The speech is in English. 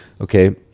Okay